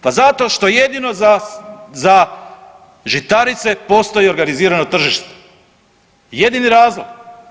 Pa zato što jedino za žitarice postoji organizirano tržište, jedini razlog.